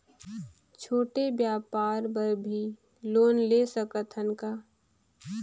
छोटे व्यापार बर भी लोन ले सकत हन का?